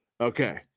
Okay